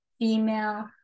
female